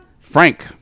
Frank